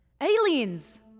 Aliens